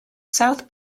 south